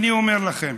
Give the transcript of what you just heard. אני אומר לכם,